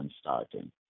starting